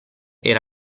era